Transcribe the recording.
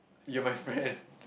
you're my friend